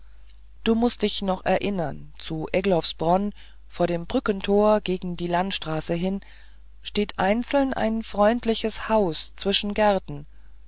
du mußt dich noch erinnern zu egloffsbronn vor dem brückentor gegen die landstraße hin steht einzeln ein freundliches haus zwischen gärten